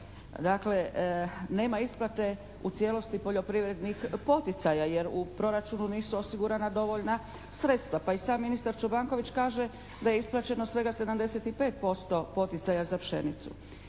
Dakle, nema isplate u cijelosti poljoprivrednih poticaja jer u proračunu nisu osigurana dovoljna sredstva pa i sam ministar Čobanković kaže da je isplaćeno svega 75% poticaja za pšenicu.